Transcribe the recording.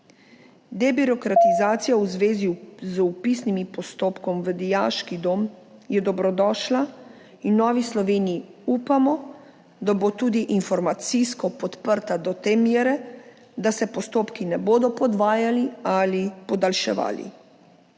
Debirokratizacija v zvezi z vpisnim postopkom v dijaški dom je dobrodošla. V Novi Sloveniji upamo, da bo tudi informacijsko podprta do te mere, da se postopki ne bodo podvajali ali podaljševali.